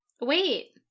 Wait